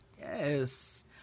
Yes